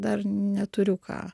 dar neturiu ką